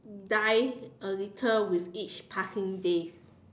die a little with each passing day